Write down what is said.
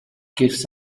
gives